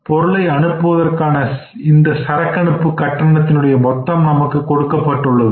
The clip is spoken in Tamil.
பொருளைஅனுப்புவதற்கான இந்த சரக்கனுப்பு கட்டணத்தினுடைய மொத்தம் நமக்கு கொடுக்கப்பட்டுள்ளது